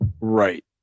right